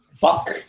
Buck